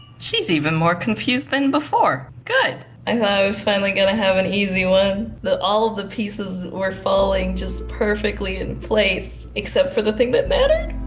she's even more confused than before. good. i thought i was finally gonna have an easy one. the, all of the pieces were falling just perfectly in place, except for the thing that mattered.